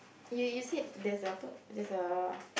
you you said there's apa there's a